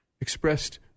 expressed